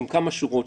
עם כמה שורות,